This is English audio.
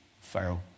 Pharaoh